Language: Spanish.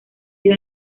dio